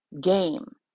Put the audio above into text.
game